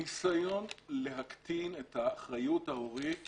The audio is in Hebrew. הניסיון להקטין את האחריות ההורית,